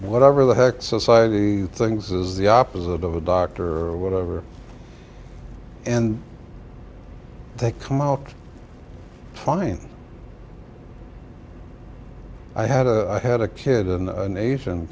whatever the heck society thinks is the opposite of a doctor or whatever and they come out fine i had a i had a kid and an asian